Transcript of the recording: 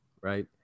right